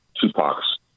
Tupac's